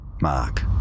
Mark